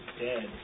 dead